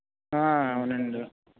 అవునండి